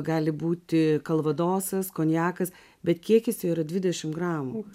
gali būti kalvadosas konjakas bet kiekis yra dvidešimt gramų